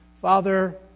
Father